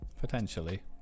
Potentially